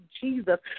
Jesus